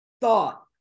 thought